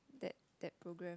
that that programme